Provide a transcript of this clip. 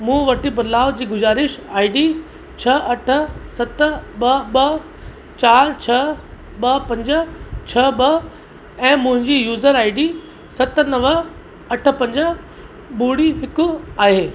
मूं वटि बदिलाउ जी गुज़ारिश आईडी छह अठ सत ॿ ॿ चारि छह ॿ पंज छह ॿ ऐं मुंहिंजी यूज़र आईडी सत नव अठ पंज ॿुड़ी हिकु आहे